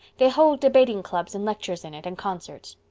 they hold debating clubs and lectures in it and concerts.